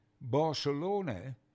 Barcelona